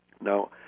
Now